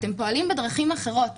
אתם פועלים בדרכים אחרות,